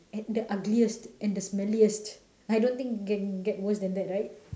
at the ugliest and the smelliest I don't think you can get worst than that right